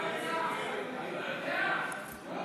ההסתייגות (20) לחלופין של קבוצת סיעת יהדות התורה